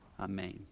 Amen